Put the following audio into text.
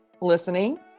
listening